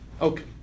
Okay